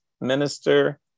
Minister